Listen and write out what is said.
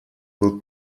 был